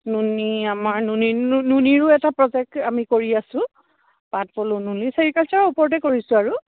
নুনী আমাৰ নুনীৰো এটা প্ৰজেক্ট আমি কৰি আছোঁ পাট পলু নুনী ছেৰিকালচাৰৰ ওপৰতে কৰিছোঁ আৰু